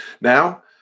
Now